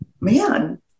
man